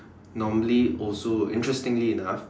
normally also interestingly enough